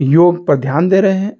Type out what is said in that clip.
योग पर ध्यान दे रहे हैं